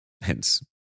hence